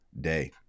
day